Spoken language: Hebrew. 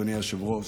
אדוני היושב-ראש,